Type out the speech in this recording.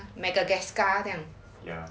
madagascar 这样